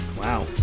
wow